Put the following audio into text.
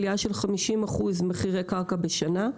מדובר בעלייה של 50% מחירי קרקע בשנה.